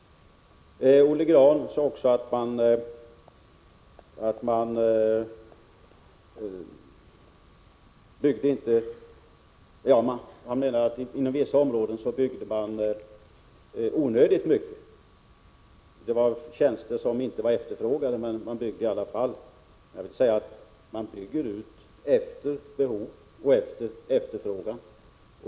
Olle Grahn sade också att man inom vissa områden bygger ut servicen onödigt mycket. Han sade att det gäller tjänster som inte är efterfrågade, men man bygger ut i alla fall. Jag vill säga att man bygger ut efter behov och efterfrågan.